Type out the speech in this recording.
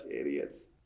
idiots